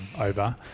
Over